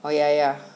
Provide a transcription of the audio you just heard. oh ya ya ya